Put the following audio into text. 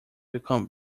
become